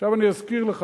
עכשיו, אני אזכיר לך.